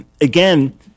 again